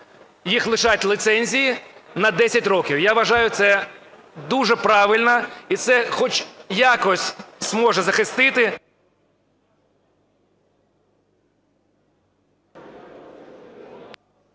їх лишати ліцензії на 10 років. Я вважаю, це дуже правильно, і це хоч якось зможе захистити…